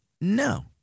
No